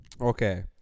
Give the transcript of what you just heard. Okay